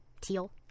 teal